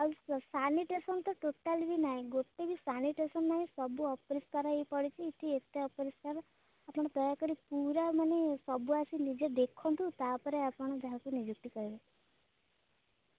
sanitation ତ total ବି ନାହିଁ ଗୋଟେ ବି ସାଟେସନ୍ ନାହିଁ ସବୁ ଅପରିଷ୍କାର ହେଇ ପଡ଼ିଛି ଏଇଠି ଏତେ ଅପରିଷ୍କାର ଆପଣ ଦୟାକରି ପୁରା ମାନେ ସବୁ ଆସି ନିଜେ ଦେଖନ୍ତୁ ତା'ପରେ ଆପଣ ଯାହାକୁ ନିଯୁକ୍ତି କରିବେ